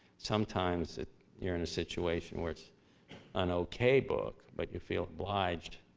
sometimes you're in a situation where it's an okay book, but you feel obliged.